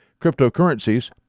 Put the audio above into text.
cryptocurrencies